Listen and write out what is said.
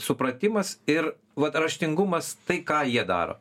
supratimas ir vat raštingumas tai ką jie daro